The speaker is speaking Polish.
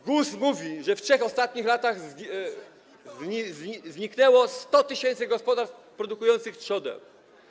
GUS mówi, że w 3 ostatnich latach zniknęło 100 tys. gospodarstw produkujących trzodę.